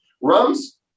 rums